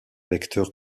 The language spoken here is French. vecteur